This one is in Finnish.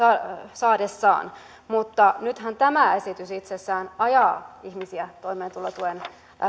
saadessaan mutta nythän tämä esitys itsessään ajaa ihmisiä toimeentulotuen